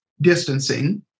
distancing